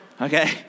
okay